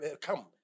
come